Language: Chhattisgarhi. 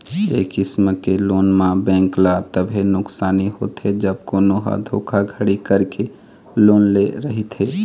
ए किसम के लोन म बेंक ल तभे नुकसानी होथे जब कोनो ह धोखाघड़ी करके लोन ले रहिथे